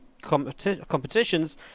competitions